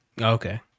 Okay